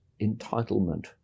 entitlement